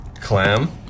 Clam